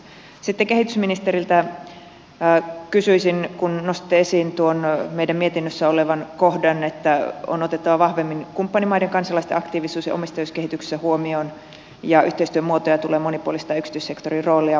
sitten kehitysministeriltä kysyisin kun nostitte esiin tuon meidän mietinnössämme olevan kohdan että on otettava vahvemmin kumppanimaiden kansalaisten aktiivisuus ja omistajuus kehityksessä huomioon ja monipuolistettava yhteistyömuotoja vahvistettava yksityissektorin rooleja